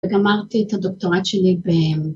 ‫וגמרתי את הדוקטורט שלי ב...